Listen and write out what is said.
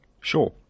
Sure